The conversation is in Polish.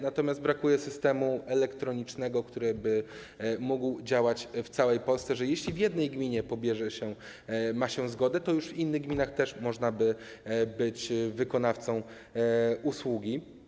Natomiast brakuje systemu elektronicznego, który mógłby działać w całej Polsce, że jeśli w jednej gminie ma się zgodę, to już w innych gminach też można by być wykonawcą usługi.